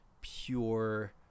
pure